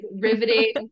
Riveting